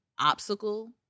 obstacle